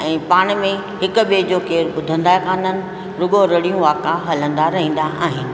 ऐं पाण में हिक ॿिए जो केर ॿुधंदा कान्हनि रुॻो रड़ियूं वाका हलंदा रहंदा आहिनि